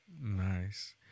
Nice